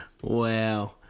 Wow